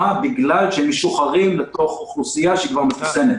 בגלל שהם משוחררים לתוך אוכלוסייה שהיא כבר מחוסנת.